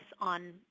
on